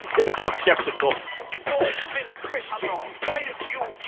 it's so skeptical your boy's been a christian quite a few